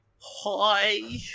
Hi